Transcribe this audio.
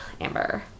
Amber